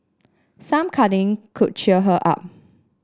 some cuddling could cheer her up